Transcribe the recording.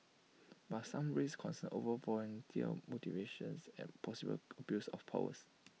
but some raised concern over volunteer motivations and possible abuse of powers